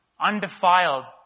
undefiled